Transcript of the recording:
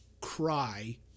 cry